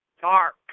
dark